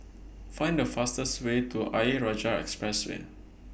Find The fastest Way to Ayer Rajah Expressway